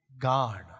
God